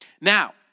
Now